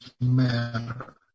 Matter